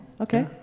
Okay